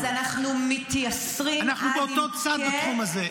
אז אנחנו מתייסרים עד עמקי --- אנחנו באותו צד בתחום הזה.